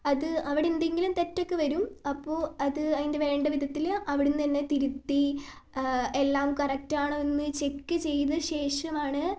അത് അവിടെ എന്തെങ്കിലും തെറ്റൊക്കെ വരും അപ്പോൾ അത് അതിൻ്റെ വേണ്ട വിധത്തിൽ അവിടെ നിന്ന് തന്നെ തിരുത്തി എല്ലാം കറക്റ്റ് ആണോ എന്നു ചെക്ക് ചെയ്ത ശേഷമാണ്